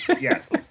yes